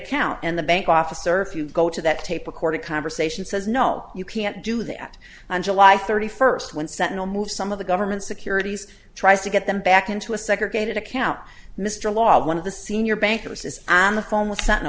account and the bank officer if you go to that tape recorded conversation says no you can't do that on july thirty first when sentinel move some of the government securities tries to get them back into a separate account mr law one of the senior bankers is on the phone with s